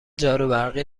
جاروبرقی